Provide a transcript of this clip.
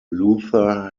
luther